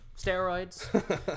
Steroids